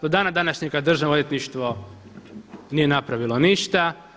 Do dana današnjega Državno odvjetništvo nije napravilo ništa.